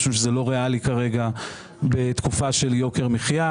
אנחנו חושבים שכרגע זה לא ריאלי בתקופה של יוקר מחיה.